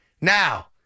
Now